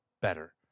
better